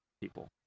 people